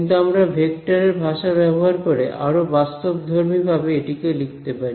কিন্তু আমরা ভেক্টরের ভাষা ব্যবহার করে আরো বাস্তবধর্মী ভাবে এটিকে লিখতে পারি